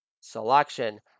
selection